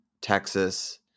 Texas